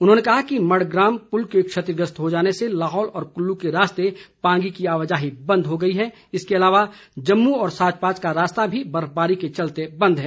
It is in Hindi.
उन्होंने कहा कि मडग्राम पूल के क्षतिग्रस्त हो जाने से लाहौल व कुल्लू के रास्ते पांगी की आवाजाही बंद हो गई है इसके अलावा जम्मू व साचपास का रास्ता भी बर्फबारी के चलते बंद है